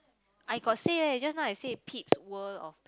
I got say leh just now I say Pete's World of